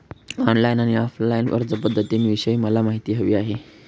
online आणि offline अर्जपध्दतींविषयी मला माहिती हवी आहे